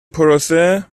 پروسه